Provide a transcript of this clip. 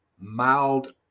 mild